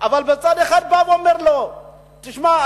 אבל מצד אחד הוא אומר לו: תשמע,